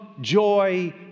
joy